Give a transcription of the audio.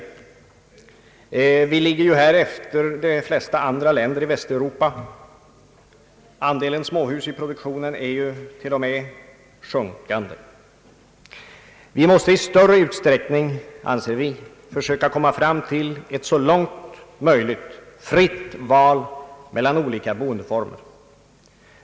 Sverige ligger här efter de flesta andra länder i Västeuropa. Andelen småhus i produktionen är till och med sjunkande. Vi måste i större utsträckning försöka komma fram till ett så långt möjligt fritt val mellan olika boendeformer.